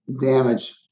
damage